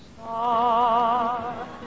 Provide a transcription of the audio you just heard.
star